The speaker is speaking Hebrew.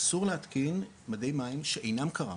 אסור להתקין מדי מים שאינם קר"מ.